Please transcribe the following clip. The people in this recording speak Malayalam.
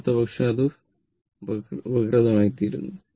അല്ലാത്തപക്ഷം അത് വികൃതമായിത്തീരുന്നു